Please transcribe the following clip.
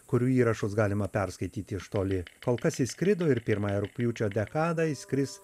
kurių įrašus galima perskaityti iš toli kol kas išskrido ir pirmąją rugpjūčio dekadą išskris